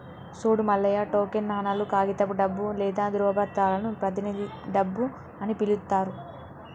సూడు మల్లయ్య టోకెన్ నాణేలు, కాగితపు డబ్బు లేదా ధ్రువపత్రాలను ప్రతినిధి డబ్బు అని పిలుత్తారు